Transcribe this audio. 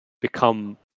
become